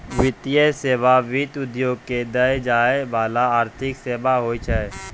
वित्तीय सेवा, वित्त उद्योग द्वारा दै जाय बाला आर्थिक सेबा होय छै